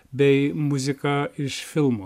bei muziką iš filmo